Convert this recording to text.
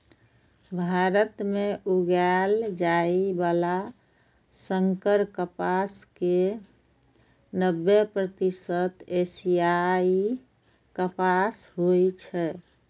भारत मे उगाएल जाइ बला संकर कपास के नब्बे प्रतिशत एशियाई कपास होइ छै